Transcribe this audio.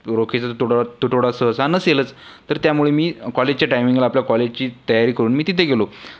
रोखीचा तूटव तुटवडा सहसा नसेलच तर त्यामुळे मी कॉलेजच्या टाइमिंगला आपल्या कॉलेजची तयारी करून मी तिथे गेलो